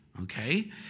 okay